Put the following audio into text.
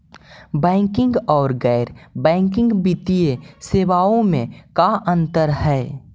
Banking और गैर banking वित्तीय सेवाओं में का अंतर हइ?